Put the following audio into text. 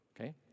Okay